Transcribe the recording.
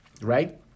right